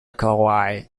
kauai